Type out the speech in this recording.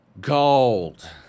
gold